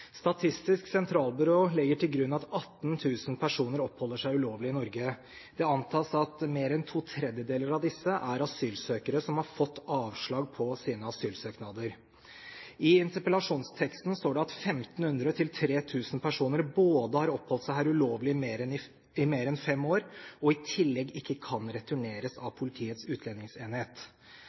Statistisk sentralbyrå legger til grunn at 18 000 personer oppholder seg ulovlig i Norge. Det antas at mer en to tredjedeler av disse er asylsøkere som har fått avslag på sine asylsøknader. I interpellasjonsteksten står det at 1 500–3 000 personer både har oppholdt seg her ulovlig i mer enn fem år og i tillegg ikke kan returneres av Politiets utlendingsenhet.